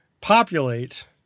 populate